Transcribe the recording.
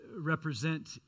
represent